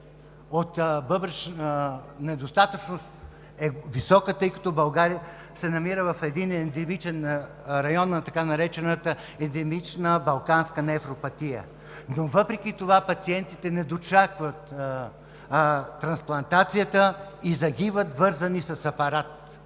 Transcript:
от бъбречна недостатъчност е висока, тъй като България се намира в един ендемичен район на така наречената „балканска ендемична нефропатия“. Въпреки това пациентите не дочакват трансплантацията и загиват, вързани с апарат.